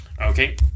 Okay